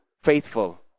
faithful